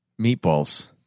meatballs